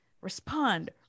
respond